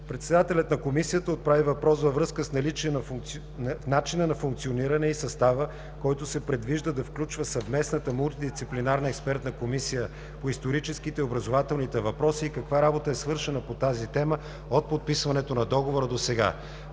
Председателят на КЕВКЕФ отправи въпрос във връзка с начина на функциониране и състава, който се предвижда да включва Съвместната мултидисциплинарна експертна комисия по историческите и образователните въпроси и каква работа е свършена по тази тема от подписването на Договора до сега.